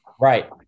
Right